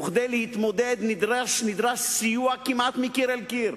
וכדי להתמודד נדרש סיוע כמעט מקיר אל קיר,